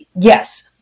Yes